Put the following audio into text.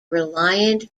reliant